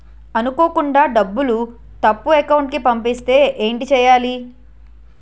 అనుకోకుండా డబ్బులు తప్పు అకౌంట్ కి పంపిస్తే ఏంటి చెయ్యాలి?